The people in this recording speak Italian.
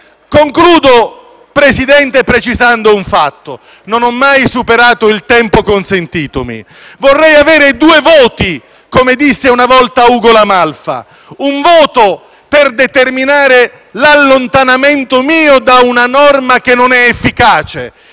Concludo, Presidente, con una precisazione (non ho mai superato il tempo consentitomi): vorrei avere due voti, come disse una volta Ugo La Malfa, un voto per determinare l'allontanamento mio da una norma che non è efficace